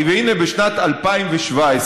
הינה: בשנת 2017,